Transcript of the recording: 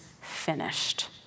finished